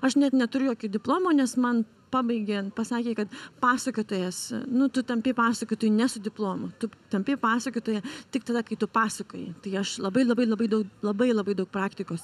aš net neturiu jokio diplomo nes man pabaigiant pasakė kad pasakotojas nu tu tampi pasakotoju ne su diplomu tu tampi pasakotoja tik tada kai tu pasakoji tai aš labai labai labai daug labai labai daug praktikos